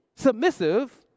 submissive